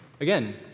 Again